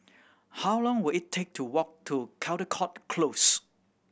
how long will it take to walk to Caldecott Close